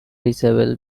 isabel